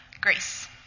Grace